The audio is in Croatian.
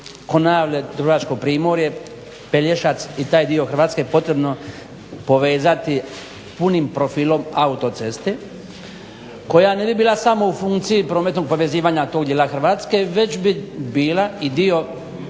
Konavle, Dubrovačko primorje, Pelješac i taj dio Hrvatske potrebno povezati punim profilom autoceste koja ne bi bila samo u funkciji prometnog povezivanja samo tog dijela Hrvatske već bi bila i dio jadranskog